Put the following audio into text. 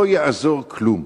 לא יעזור כלום,